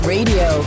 Radio